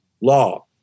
law